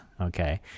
okay